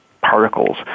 particles